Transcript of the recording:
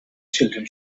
children